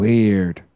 Weird